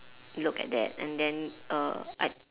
look at that and then err I